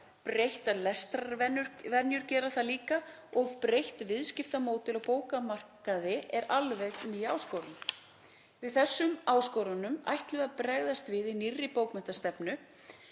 breyttar lestrarvenjur gera það líka og breytt viðskiptamódel á bókamarkaði er alveg ný áskorun. Við þessum áskorunum ætlum við að bregðast í nýrri bókmenntastefnu.